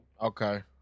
Okay